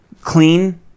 clean